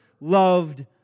loved